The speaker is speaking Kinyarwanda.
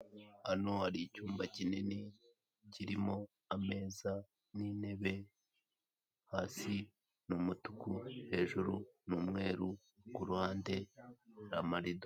Hano hari icyumba kinini kirimo ameza n'intebe hasi ni umutuku hejuru ni umweru ku ruhande ni amarido.